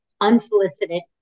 unsolicited